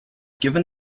given